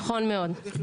נכון מאוד.